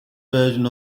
version